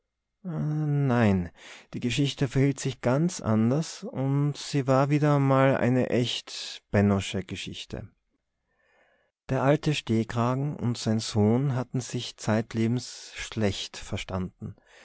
nein die geschichte verhielt sich ganz anders und sie war wieder einmal eine echt bennosche geschichte der alte stehkragen und sein sohn hatten sich zeitlebens schlecht verstanden